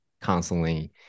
constantly